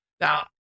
Now